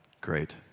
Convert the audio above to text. Great